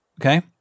Okay